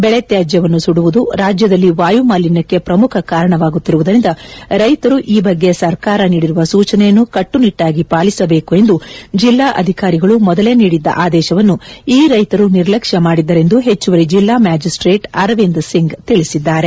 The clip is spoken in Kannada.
ಬೆಳೆ ತ್ಯಾಜ್ಯವನ್ನು ಸುದುವುದು ರಾಜ್ಯದಲ್ಲಿ ವಾಯುಮಾಲಿನ್ಯಕ್ಕೆ ಪ್ರಮುಖ ಕಾರಣವಾಗುತ್ತಿರುವುದರಿಂದ ರೈತರು ಈ ಬಗ್ಗೆ ಸರ್ಕಾರ ನೀಡಿರುವ ಸೂಚನೆಯನ್ನು ಕಟ್ಟುನಿಟ್ಲಾಗಿ ಪಾಲಿಸಬೇಕು ಎಂದು ಜಿಲ್ಲಾ ಅಧಿಕಾರಿಗಳು ಮೊದಲೇ ನೀಡಿದ್ದ ಆದೇಶವನ್ನು ಈ ರೈತರು ನಿರ್ಲಕ್ಷ ಮಾಡಿದ್ದರೆಂದು ಹೆಚ್ಚುವರಿ ಜಿಲ್ಲಾ ಮ್ಯಾಜಿಸ್ಟ್ಯೇಟ್ ಅರವಿಂದ್ ಸಿಂಗ್ ತಿಳಿಸಿದ್ದಾರೆ